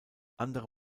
andere